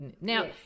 Now